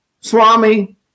Swami